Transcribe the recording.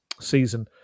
season